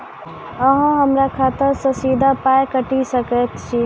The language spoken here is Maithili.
अहॉ हमरा खाता सअ सीधा पाय काटि सकैत छी?